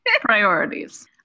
Priorities